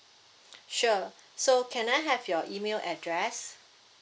sure so can I have your email address